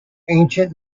ancient